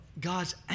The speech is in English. God's